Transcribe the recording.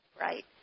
right